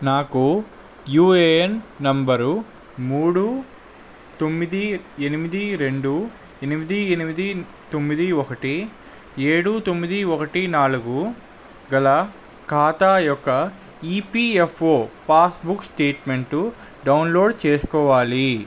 నాకు UAN number మూడు తొమ్మిది ఎనిమిది రెండు ఎనిమిది ఎనిమిది తొమ్మిది ఒకటి ఏడు తొమ్మిది ఒకటి నాలుగు గల ఖాతా యొక్క ఈపిఎఫ్ఓ పాస్బుక్ స్టేట్మెంటు డౌన్లోడ్ చేసుకోవాలి